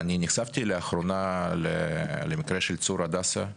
לאחרונה נחשפתי למקרה של צור הדסה.